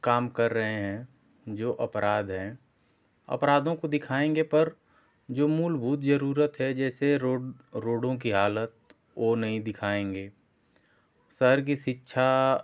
काम कर रहे हैं जो अपराध हैं अपराधों को दिखाएंगे पर जो मूलभूत जरूरते हैं जैसे रोड रोडों की हालत वो नहीं दिखाएँगे शहर की शिक्षा